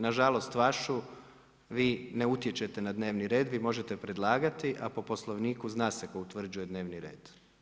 Nažalost vašu, vi ne utječete na dnevni red, vi možete predlagati, a po Poslovniku zna se tko utvrđuje dnevni red.